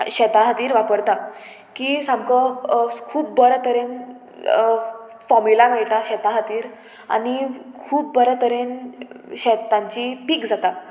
शेतां खातीर वापरता की सामको खूब बऱ्या तरेन फॉम्युला मेळटा शेतां खातीर आनी खूब बऱ्या तरेन शेत तांची पीक जाता